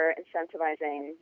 incentivizing